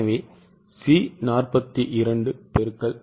எனவே C42 X 1